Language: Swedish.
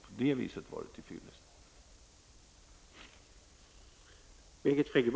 På det viset var det till fyllest.